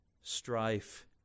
strife